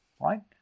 right